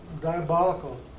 diabolical